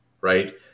right